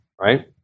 right